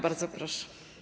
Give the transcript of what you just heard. Bardzo proszę.